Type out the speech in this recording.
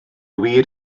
wir